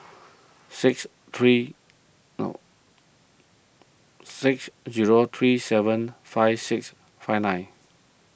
six three six zero three seven five six five nine